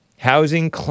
Housing